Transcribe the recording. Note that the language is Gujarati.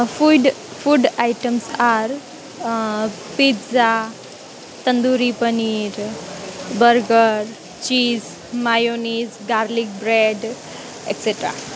food food items are pizza tandoori paneer burger cheese mayonnaise garlic bread etcetera